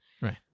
Right